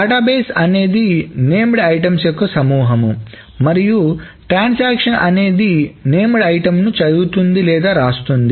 database అనేది named items యొక్క సమూహం మరియు ట్రాన్సాక్షన్ అనేది నేమ్ డైట్టమ్ ను చదువుతుంది లేదా రాస్తుంది